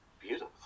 beautiful